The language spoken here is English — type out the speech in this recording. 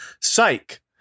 Psych